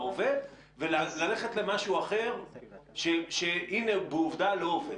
עובד וללכת למשהו אחר שהינה עובדה לא עובד?